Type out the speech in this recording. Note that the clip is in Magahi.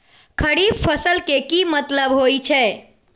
खरीफ फसल के की मतलब होइ छइ?